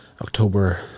October